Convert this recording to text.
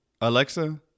Alexa